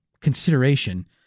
consideration